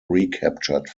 recaptured